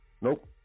Nope